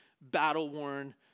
battle-worn